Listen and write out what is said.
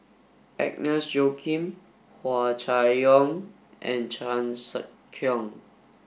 Agnes Joaquim Hua Chai Yong and Chan Sek Keong